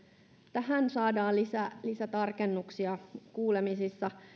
tähän saadaan lisätarkennuksia kuulemisissa